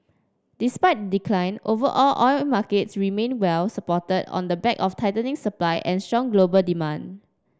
despite decline overall oil markets remained well supported on the back of tightening supply and strong global demand